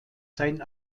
sein